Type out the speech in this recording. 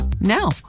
now